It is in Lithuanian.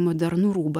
modernų rūbą